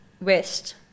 west